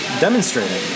demonstrating